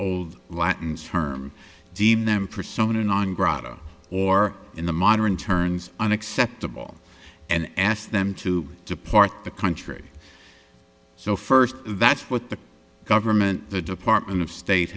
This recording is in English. old latin term deem them persona non grata or in the modern turns unacceptable and ask them to depart the country so first that's what the government the department of state